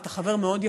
אתה חבר מאוד יקר,